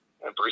Bruce